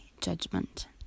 judgment